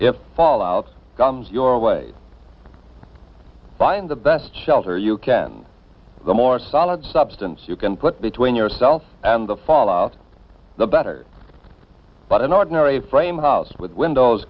if fallout comes your way find the best shelter you can the more solid substance you can put between yourself and the fallout the better but an ordinary frame house with windows